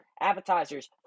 appetizers